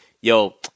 yo